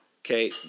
Okay